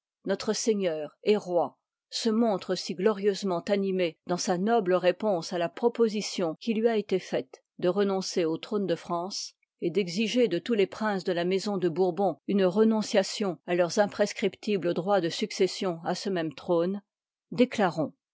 et roi se montre si glorieusement animé dans vsa log noble réponse à la proposition qui lui a i pari été faite de renoncer au trône de france i iv iii et d'exiger de tous les princes de la maison de bourbon une renonciation à leurs imprescriptibles droits de succession à c même trône déclarons